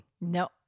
No